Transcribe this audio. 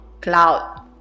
Cloud